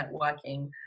networking